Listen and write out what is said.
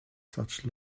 such